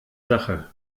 sache